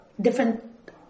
different